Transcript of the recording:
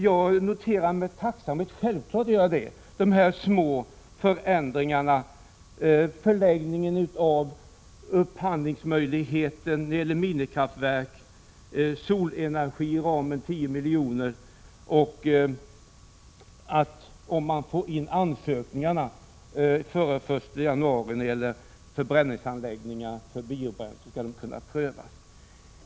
Jag noterar självfallet med tacksamhet de här små förändringarna — förlängning av upphandlingsmöjligheten när det gäller minikraftverk, solenergiramen 10 milj.kr. och att ansökningar när det gäller förbränningsanläggningar skall kunna prövas om de kommer in före den 1 januari.